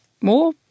more